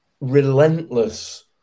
relentless